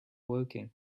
woking